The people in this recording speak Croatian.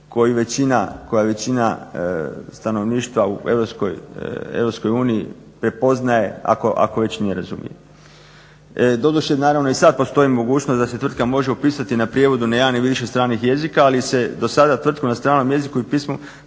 koju većina stanovništva u EU prepoznaje ako već ne razumije. Doduše naravno i sad postoji mogućnost da se tvrtka može upisati na prijevodu na jedan ili više stranih jezika ali se dosada tvrtka na stranom jeziku i pismo